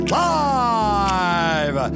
live